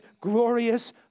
glorious